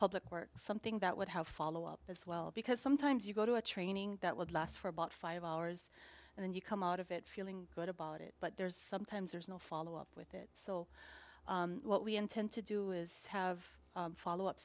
public work something that would have follow up as well because sometimes you go to a training that would last for about five hours and then you come out of it feeling good about it but there's sometimes there's no follow up with it so what we intend to do is have a follow up